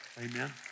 Amen